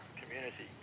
community